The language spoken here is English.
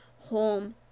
home